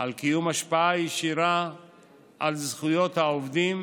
על קיום השפעה ישירה על זכויות העובדים,